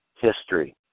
history